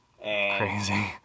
Crazy